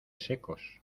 secos